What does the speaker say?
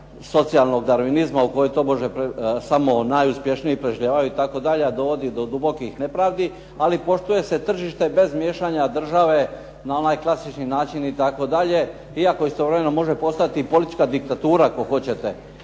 socijalnog darvinizma u kojem tobože samo najuspješniji preživljavaju itd., a dovodi do dubokih nepravdi, ali poštuje se tržište bez miješanja države na onaj klasični način itd., iako istovremeno može postojati i politička diktatura ako hoće.